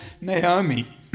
Naomi